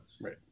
right